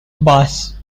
bass